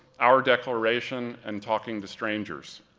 our declaration and talking to strangers.